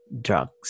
drug's